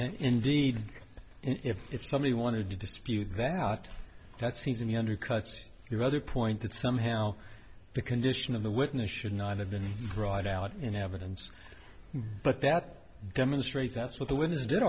hot indeed if if somebody wanted to dispute that that seems to me undercut your other point that somehow the condition of the witness should not have been brought out in evidence but that demonstrates that's what the w